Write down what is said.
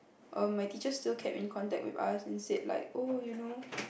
um my teacher still kept in contact with us and said like oh you know